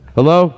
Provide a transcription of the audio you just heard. Hello